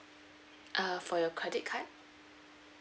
uh for your credit card